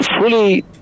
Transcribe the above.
fully